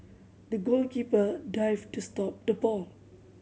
the goalkeeper dived to stop the ball